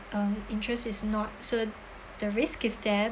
um interest is not so the risk is that